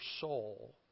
soul